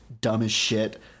dumb-as-shit